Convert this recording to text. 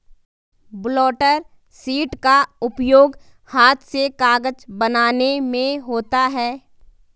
blotter sheet का उपयोग हाथ से कागज बनाने में होता है